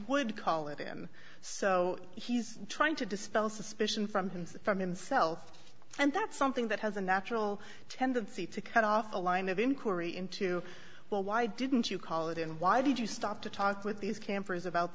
would call it him so he's trying to dispel suspicion from him from himself and that's something that has a natural tendency to cut off a line of inquiry into well why didn't you call it and why did you stop to talk with these campers about